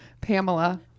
Pamela